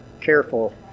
careful